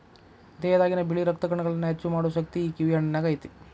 ದೇಹದಾಗಿನ ಬಿಳಿ ರಕ್ತ ಕಣಗಳನ್ನಾ ಹೆಚ್ಚು ಮಾಡು ಶಕ್ತಿ ಈ ಕಿವಿ ಹಣ್ಣಿನ್ಯಾಗ ಐತಿ